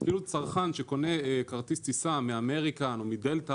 צרכן שקונה כרטיס טיסה מאמריקן או מדלתא,